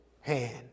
hand